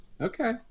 Okay